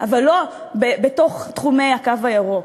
אבל לא בתחומי הקו הירוק.